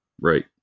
Right